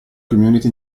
community